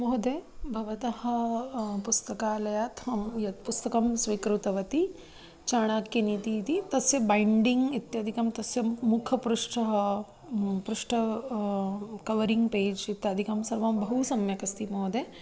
महोदय भवतः पुस्तकालयात् यत् पुस्तकं स्वीकृतवती चाणाक्यनीतिः इति तस्य बैण्डिङ्ग् इत्यादिकं तस्य मुखपृष्ठः पृष्ठ कवरिङ्ग् पेज् इत्यादिकं सर्वं बहु सम्यक् अस्ति महोदय